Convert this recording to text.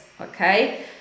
okay